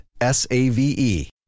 S-A-V-E